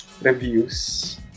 reviews